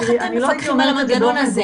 איך אתם מפקחים על המנגנון הזה?